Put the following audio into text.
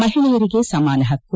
ಮಹಿಳೆಯರಿಗೆ ಸಮಾನ ಹಕ್ಕು